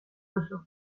duzu